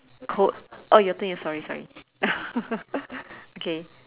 quote oh your turn sorry sorry okay